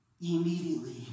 immediately